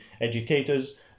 educators